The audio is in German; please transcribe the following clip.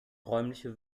räumliche